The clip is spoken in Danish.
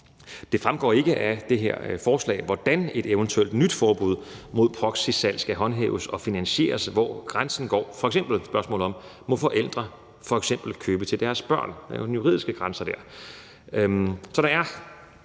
Det fremgår ikke af det her forslag, hvordan et eventuelt nyt forbud mod proxysalg skal håndhæves og finansieres, og hvor grænsen går, f.eks. spørgsmålet om, om forældre må købe til deres børn, altså om der er en juridisk grænse der.